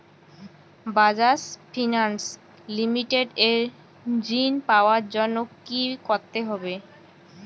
Bajaj finance limited এ ঋন পাওয়ার জন্য কি করতে হবে?